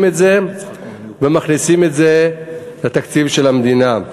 את זה ומכניסים את זה לתקציב של המדינה.